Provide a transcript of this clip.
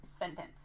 sentence